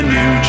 New